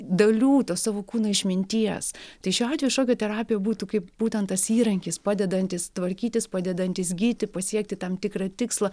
dalių to savo kūno išminties tai šiuo atveju šokio terapija būtų kaip būtent tas įrankis padedantis tvarkytis padedantis gyti pasiekti tam tikrą tikslą